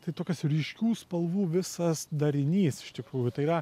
tai tokios ryškių spalvų visas darinys iš tikrųjų tai yra